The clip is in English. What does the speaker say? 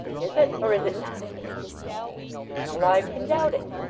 is it, or is it not no man alive can doubt it